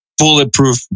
bulletproof